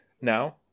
now